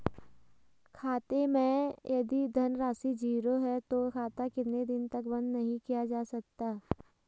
खाते मैं यदि धन राशि ज़ीरो है तो खाता कितने दिन तक बंद नहीं किया जा सकता?